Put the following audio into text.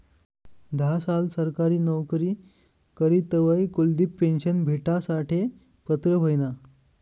धा साल सरकारी नवकरी करी तवय कुलदिप पेन्शन भेटासाठे पात्र व्हयना